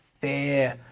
fair